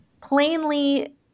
plainly